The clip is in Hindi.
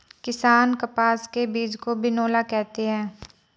किसान कपास के बीज को बिनौला कहते है